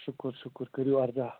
شُکُر شُکُر کٔرِو عرضا